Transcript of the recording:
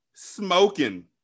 smoking